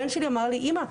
הבן שלי אמר לי אמא,